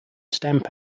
stamp